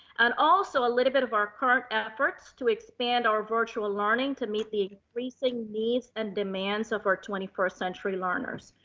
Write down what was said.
and also a little bit of our current efforts to expand our virtual learning, to meet the racing needs and demands of our twenty first century learners.